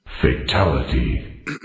Fatality